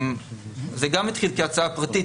זה גם התחיל כהצעה פרטית,